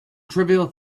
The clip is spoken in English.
trivial